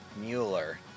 Mueller